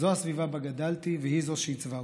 זו הסביבה שבה גדלתי והיא שעיצבה אותי.